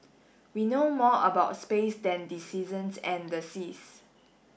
we know more about space than the seasons and the seas